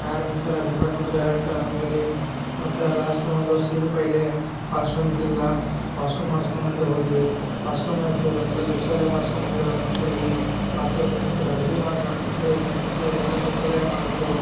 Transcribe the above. ಯಾರು ಇರ್ತರೆ ಡಿಪಾರ್ಟ್ಮೆಂಟ್ದರು ಯಾರು ಇರ್ತರೆ ನಂಬಲ್ಲಿ ಮತ್ತು ಲಾಸ್ಟ ಒಂದು ವರ್ಷ ಹಿಂದೆ ಪೆಹ್ಲೆ ವಾಶ್ರೂಮ್ ಇದಿದ್ದಿಲ ವಾಶ್ರೂಮ್ ಮಾಡಿಸ್ಕೊಂಡು ಬಂದೆ ಹೋಗಿ ವಾಶ್ರೂಮ್ ಆಯಿತು ಅಲ್ಲೇ ಶೌಚಾಲಯ ಮಾಡಿಸ್ಕೊಂಬದ್ ಹೆಣ್ಣುಮಕ್ಳಿಗೆ ಬಾತ್ರೂಮ್ ವ್ಯವಸ್ಥೆ ಇಲ್ಲ ಅದು ಬಿ ಮಾಡ್ಸಿ ಹೆಣ್ಮಕ್ಳಿಗೆ ಗಂಡ್ಸು ಮಕ್ಳಿಗೆ ಎಲ್ಲ ಶೌಚಾಲಯ ಮಾಡ್ಸಿದೆವು